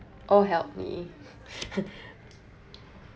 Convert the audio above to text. oh help me